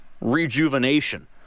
rejuvenation